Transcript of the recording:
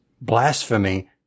blasphemy